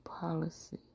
policy